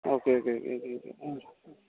okay okay okay okay okay ആ ആ